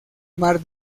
mar